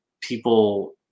people